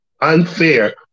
unfair